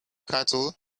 cattle